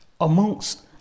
amongst